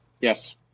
Yes